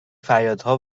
فریادها